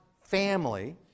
family